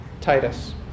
Titus